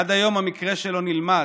עד היום המקרה שלו נלמד,